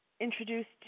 introduced